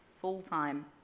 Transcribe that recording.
full-time